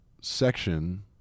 section